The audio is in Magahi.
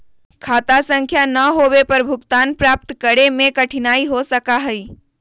खाता संख्या ना होवे पर भुगतान प्राप्त करे में कठिनाई हो सका हई